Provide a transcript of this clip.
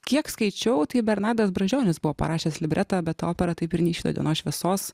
kiek skaičiau tai bernardas brazdžionis buvo parašęs libretą bet opera taip ir neišvydo dienos šviesos